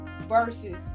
versus